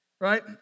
right